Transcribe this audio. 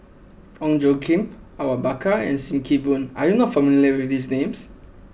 Ong Tjoe Kim Awang Bakar and Sim Kee Boon are you not familiar with these names